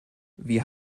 wir